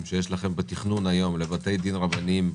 שיש לכם בתכנון היום לבתי דין רבניים,